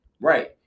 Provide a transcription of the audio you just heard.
Right